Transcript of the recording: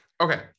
Okay